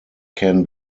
can